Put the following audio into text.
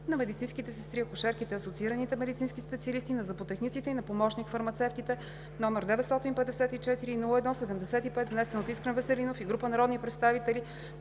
на медицинските сестри, акушерките и асоциираните медицински специалисти, на зъботехниците и на помощник-фармацевтите, № 954-01-75, внесен от Искрен Веселинов и група народни представители